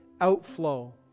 outflow